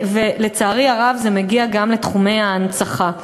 ולצערי הרב זה מגיע גם לתחומי ההנצחה.